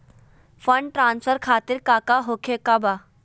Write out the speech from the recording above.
Fund transfer खातिर काका होखे का बा?